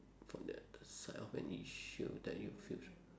for that side of an issue that you feel